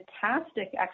fantastic